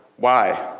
why?